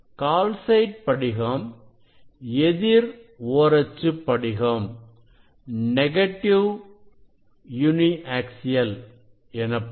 calcite படிகம் எதிர் ஓரச்சுப் படிகம் எனப்படும்